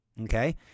Okay